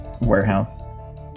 warehouse